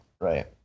right